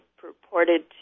purported